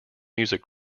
music